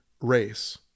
race